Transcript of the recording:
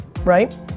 right